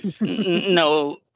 no